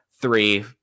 three